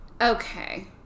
Okay